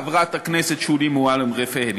חברת הכנסת שולי מועלם-רפאלי,